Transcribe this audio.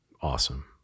Awesome